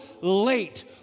late